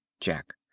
Jack